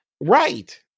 Right